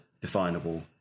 definable